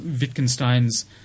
Wittgenstein's